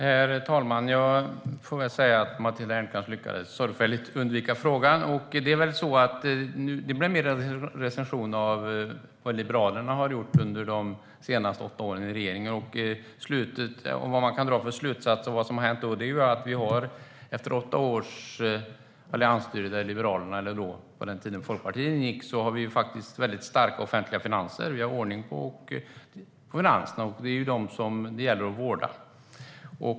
Herr talman! Matilda Ernkrans lyckades sorgfälligt undvika frågan. Det blev mer en recension av vad Liberalerna, eller Folkpartiet, gjorde under sina åtta år i regeringen. Slutsatsen man kan dra efter åtta års alliansstyre är att vi har starka offentliga finanser. Vi har ordning på finanserna, och dem gäller det att vårda.